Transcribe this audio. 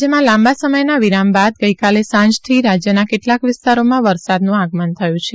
રાજ્યમાં લાંબા સમયના વિરામ બાદ ગઈકાલે સાંજથી રાજ્યના કેટલાંક વિસ્તારોમાં વરસાદનું આગમન થયું છે